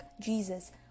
Jesus